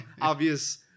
obvious